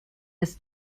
des